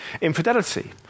infidelity